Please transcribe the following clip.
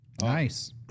Nice